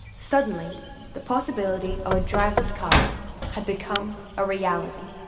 suddenly the possibility of a driverless car had become a reality.